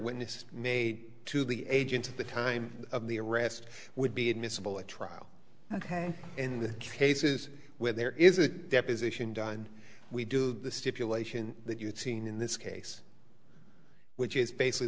witnesses made to the agent to the time of the arrest would be admissible at trial ok in the cases where there is a deposition done we do the stipulation that you've seen in this case which is basically